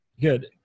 Good